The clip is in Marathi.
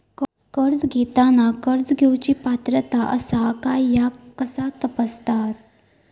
कर्ज घेताना कर्ज घेवची पात्रता आसा काय ह्या कसा तपासतात?